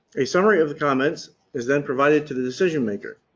a summary of the comments is then provided to the decision maker.